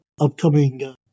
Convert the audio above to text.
upcoming